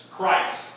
Christ